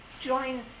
join